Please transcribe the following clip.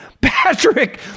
Patrick